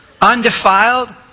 undefiled